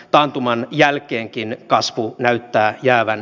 l taantuman jälkeenkin kasvu näyttää jäävän